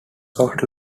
soft